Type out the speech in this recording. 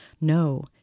No